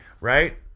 right